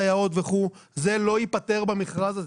סייעות וכו' זה לא ייפתר במכרז הזה.